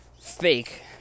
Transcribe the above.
fake